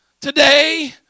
today